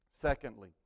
Secondly